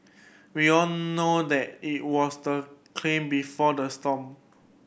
we all know that it was the claim before the storm